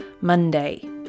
Monday